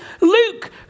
Luke